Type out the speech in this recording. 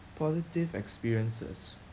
positive experiences